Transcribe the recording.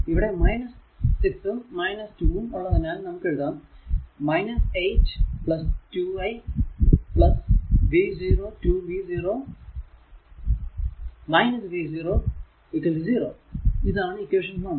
ഇവിടെ 6 ഉം 2 ഉം ഉള്ളതിനാൽ നമുക്കെഴുതാം 8 2 i v0 2 v0 v0 0 ഇതാണ് ഇക്വേഷൻ 1